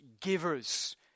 givers